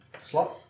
Slot